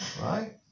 right